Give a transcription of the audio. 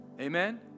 Amen